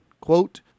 quote